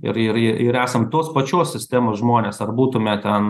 ir ir ir esam tos pačios sistemos žmonės ar būtume ten